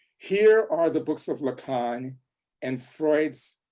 here are the books of lacan, and freud's